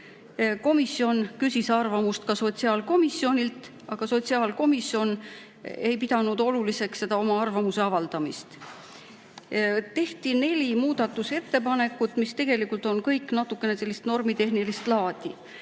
Komisjon küsis arvamust ka sotsiaalkomisjonilt, aga sotsiaalkomisjon ei pidanud oluliseks oma arvamust avaldada. Tehti neli muudatusettepanekut, mis tegelikult on kõik natukene sellist normitehnilist laadi.